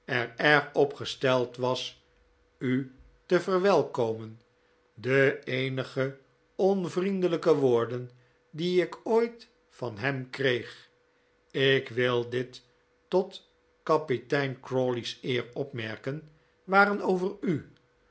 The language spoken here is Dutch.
erg op gesteld was u te verwelkomen de eenige onvriendelijke woorden die ik ooit van hem kreeg ik wil dit tot kapitein crawley's eer opmerken waren over u